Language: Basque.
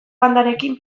bandarekin